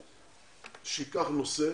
הכנסת שייקח נושא